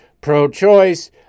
pro-choice